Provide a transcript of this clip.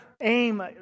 aim